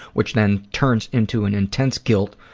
which then turns into an intense guilt,